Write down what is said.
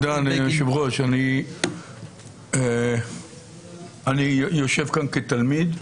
תודה, אדוני היושב-ראש, אני יושב כאן כתלמיד.